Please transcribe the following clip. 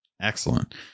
Excellent